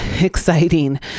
exciting